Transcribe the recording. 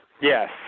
Yes